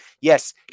Yes